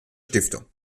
stiftung